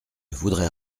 voudrais